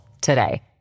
today